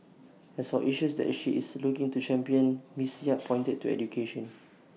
as for issues that she is looking to champion miss yap pointed to education